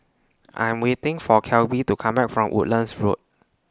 I Am waiting For Kelby to Come Back from Woodlands Road